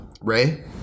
Ray